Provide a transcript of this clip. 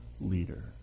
leader